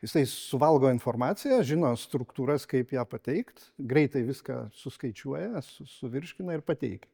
jisai suvalgo informaciją žino struktūras kaip ją pateikt greitai viską suskaičiuoja su suvirškina ir pateikia